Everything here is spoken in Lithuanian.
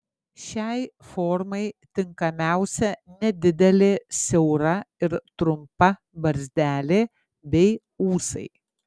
šiai formai tinkamiausia nedidelė siaura ir trumpa barzdelė bei ūsai